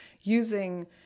using